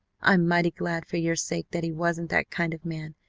i'm mighty glad for your sake that he wasn't that kind of man,